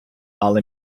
але